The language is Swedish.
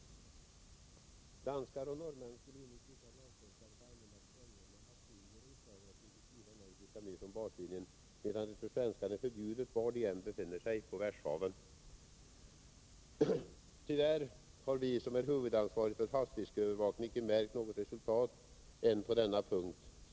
Danskar och norrmän skulle enligt vissa lagtolkare få använda sprängämne och harpungevär i Skagerack intill 4 nm från baslinjen , medan det för svenskar är förbjudet var de än befinner sig på världshaven . I Kattegatt är det enligt samma tolkning fritt fram för danskarna intill 3 nm från kusten med alla fiskemetoder som ej är förbjudna i Danmark. Tyvärr har vi som är huvudansvariga för havsfiskeövervakningen icke märkt några resultat än på denna punkt.